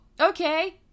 okay